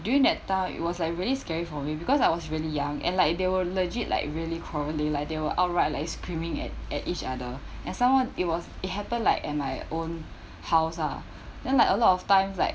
during that time it was like really scary for me because I was really young and like they were legit like really probably like they will outright like screaming at at each other and some more it was it happened like at my own house ah then like a lot of times like